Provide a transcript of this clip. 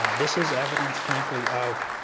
um this is evidence, frankly, of